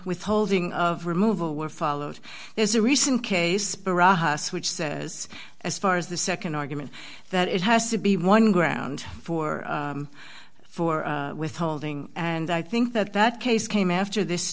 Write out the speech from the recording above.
withholding of removal were followed is a recent case which says as far as the nd argument that it has to be one ground for for withholding and i think that that case came after this